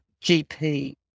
GP